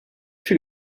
fut